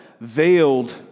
veiled